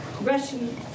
Russian